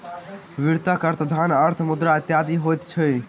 वित्तक अर्थ धन, अर्थ, मुद्रा इत्यादि होइत छै